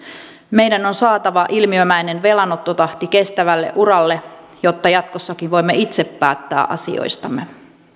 meidän on saatava ilmiömäinen velanottotahti kestävälle uralle jotta jatkossakin voimme itse päättää asioistamme